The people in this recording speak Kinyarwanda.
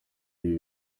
ibi